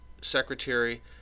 Secretary